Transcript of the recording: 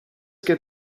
get